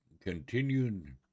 continued